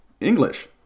English